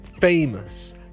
famous